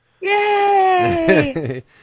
Yay